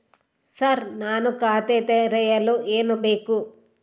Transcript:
Sir ನಾನು ಖಾತೆ ತೆರೆಯಲು ಏನು ಬೇಕು?